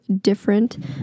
different